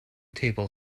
table